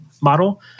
Model